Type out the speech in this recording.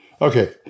Okay